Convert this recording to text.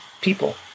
people